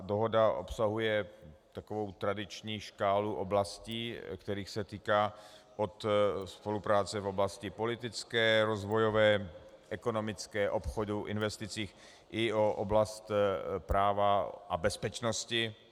Dohoda obsahuje takovou tradiční škálu oblastí, kterých se týká, od spolupráce v oblasti politické, rozvojové, ekonomické, obchodní, investiční, i oblast práva a bezpečnosti.